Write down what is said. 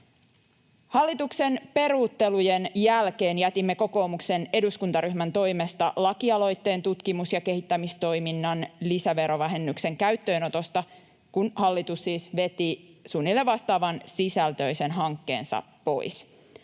Hallituksen peruuttelujen jälkeen jätimme kokoomuksen eduskuntaryhmän toimesta lakialoitteen tutkimus- ja kehittämistoiminnan lisäverovähennyksen käyttöönotosta, kun hallitus siis veti suunnilleen vastaavan sisältöisen hankkeensa pois.